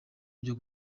byo